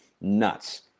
nuts